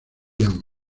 ian